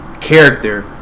character